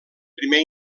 primer